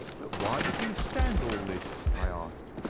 but why did you stand all this i asked.